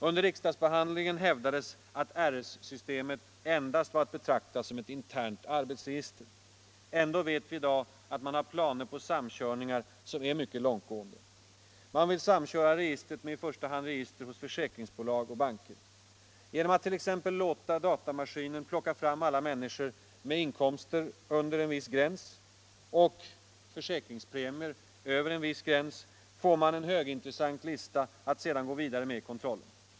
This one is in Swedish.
Under riksdagsbehandlingen hävdades att RS-systemet endast var att betrakta som ett internt arbetsregister. Ändå vet vi i dag att man har planer på samkörningar som är mycket långtgående. Man vill samköra registret med i första hand register hos försäkringsbolag och banker. Genom att t.ex. låta datamaskinen plocka fram alla människor med inkomster under en viss gräns och försäkringspremier över en viss gräns får man en högintressant lista att sedan gå vidare med i kontrollen.